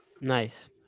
Nice